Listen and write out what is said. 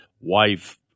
wife